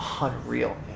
unreal